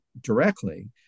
directly